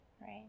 right